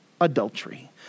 adultery